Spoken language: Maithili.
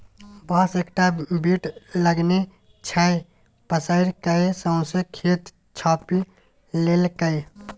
बांस एकटा बीट लगेने छै पसैर कए सौंसे खेत छापि लेलकै